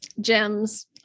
gems